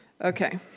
Okay